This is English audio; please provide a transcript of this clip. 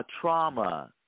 trauma